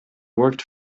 worked